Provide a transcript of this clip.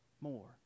more